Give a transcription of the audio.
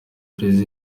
plaisir